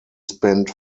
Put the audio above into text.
spent